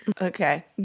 Okay